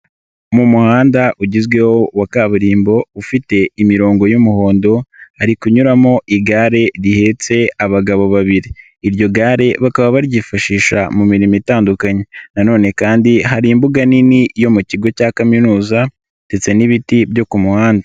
Mu muhanda ugezweho wa kaburimbo ufite imirongo y'umuhondo, hari kunyuramo igare rihetse abagabo babiri. Iryo gare bakaba baryifashisha mu mirimo itandukanye na none kandi hari imbuga nini yo mu kigo cya kaminuza ndetse n'ibiti byo ku muhanda.